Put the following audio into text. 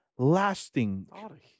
lasting